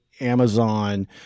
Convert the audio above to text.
Amazon